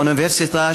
האוניברסיטה,